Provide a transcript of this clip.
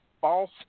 false